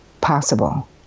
possible